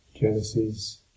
genesis